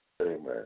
Amen